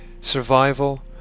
Survival